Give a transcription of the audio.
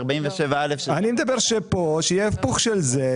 47א. אני מדבר שפה יהיה היפוך של זה,